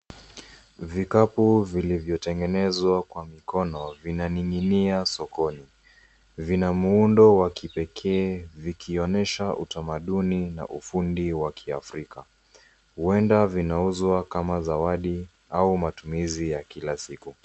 Vikapu vilivyotengenezwa kwa mikono vinaning'inia sokoni. Vina muundo wa kipekee vikionyesha utamaduni na ufundi wa Kiafrika. Huenda vinauzwa kama zawadi au matumizi ya kila siku.